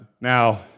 Now